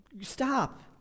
stop